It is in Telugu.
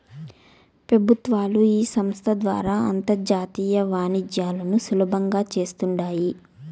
పెబుత్వాలు ఈ సంస్త ద్వారా అంతర్జాతీయ వాణిజ్యాలను సులబంగా చేస్తాండాయి